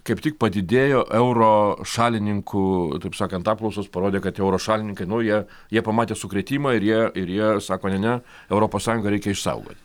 kaip tik padidėjo euro šalininkų taip sakant apklausos parodė kad euro šalininkai nu jie jie pamatė sukrėtimą ir jie ir jie sako ne ne europos sąjungą reikia išsaugot